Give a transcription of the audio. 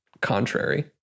contrary